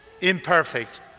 imperfect